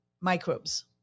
Microbes